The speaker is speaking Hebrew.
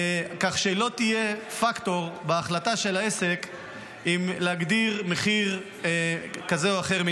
כך שלא תהיה פקטור בהחלטה של העסק אם להגדיר מחיר מינימלי כזה או אחר.